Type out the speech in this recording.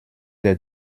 des